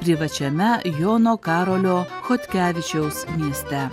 privačiame jono karolio chodkevičiaus mieste